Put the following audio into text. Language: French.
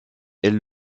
est